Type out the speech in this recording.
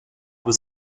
was